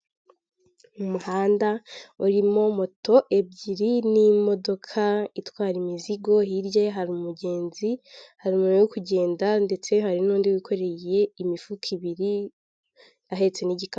Umuhanda urimo moto ebyiri n'imodoka itwara imizigo, hirya ye hari umugenzi hari umuntu uri kugenda ndetse hari n'undi wikoreye imifuka ibiri ahetse n'igikapu.